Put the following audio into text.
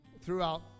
throughout